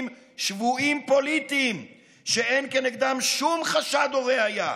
שבויים פוליטיים שאין כנגדם שום חשד או ראיה,